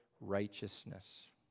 righteousness